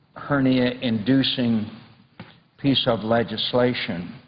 hernia-induceing piece of legislation.